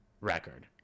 record